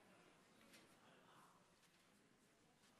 אחריה,